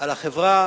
חברה